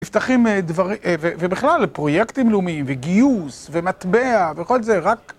נפתחים דברים, ובכלל, פרויקטים לאומיים, וגיוס, ומטבע, וכל זה, רק...